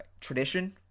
tradition